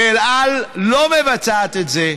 ואל על לא מבצעת את זה,